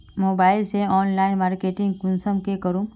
Mobile से online marketing कुंसम के करूम?